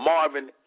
Marvin